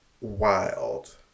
wild